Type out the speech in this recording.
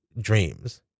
dreams